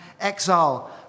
exile